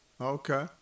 Okay